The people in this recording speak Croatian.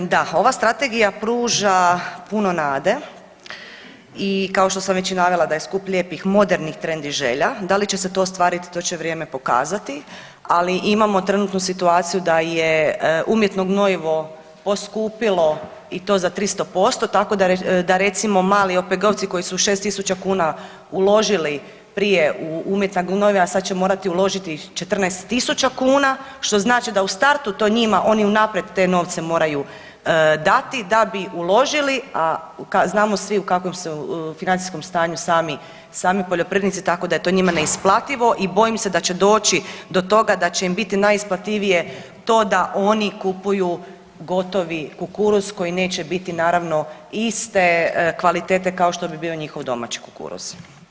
Da, ova Strategija pruža puno nade i kao što sam već i navela da je skup lijepih i modernih trendy želja, da li će se to ostvariti, to će vrijeme pokazati, ali imamo trenutno situaciju da je umjetno gnojivo poskupilo i to za 300%, tako da recimo, mali OPG-ovci koji su 6 tisuća kuna uložili prije u umjetna gnojiva, sad će morati uložiti 14 tisuća kuna, što znači da u startu to njima, oni unaprijed te novce moraju dati da bi uložili, a znamo svi u kakvom se financijskom stanju sami poljoprivrednici, tako da je to njima neisplativo i bojim se da će doći do toga će im biti najisplativije to da oni kupuju gotovi kukuruz koji neće biti, naravno, iste kvalitete kao što bi bio njihov domaći kukuruz.